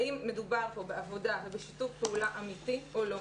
האם מדובר פה בעבודה ושיתוף פעולה אמיתי או לא?